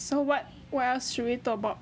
so what what else should we talk about